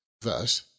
Thus